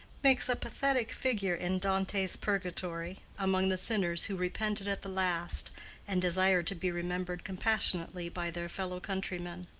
makes a pathetic figure in dante's purgatory, among the sinners who repented at the last and desire to be remembered compassionately by their fellow-countrymen.